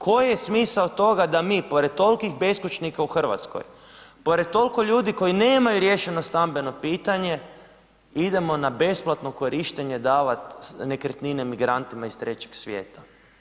Koji je smisao toga da mi pored tolikih beskućnika u Hrvatskoj, pored toliko ljudi koji nemaju riješeno stambeno pitanje idemo na besplatno korištenje davat nekretnine migrantima iz trećeg svijeta.